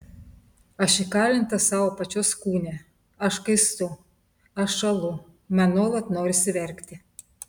aš įkalinta savo pačios kūne aš kaistu aš šąlu man nuolat norisi verkti